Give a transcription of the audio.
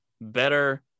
better